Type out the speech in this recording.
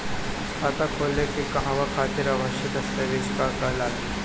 खाता खोले के कहवा खातिर आवश्यक दस्तावेज का का लगी?